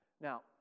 Now